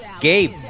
Gabe